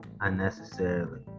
unnecessarily